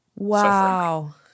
Wow